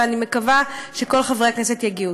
ואני מקווה שכל חברי הכנסת יגיעו.